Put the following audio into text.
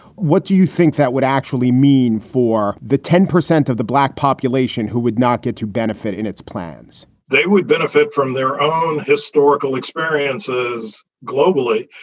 what do you think that would actually mean for the ten percent of the black population who would not get to benefit in its plans? they would benefit from their own historical experiences globally.